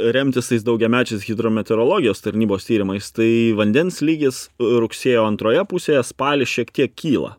remtis tais daugiamečiais hidrometeorologijos tarnybos tyrimais tai vandens lygis rugsėjo antroje pusėje spalį šiek tiek kyla